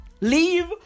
Leave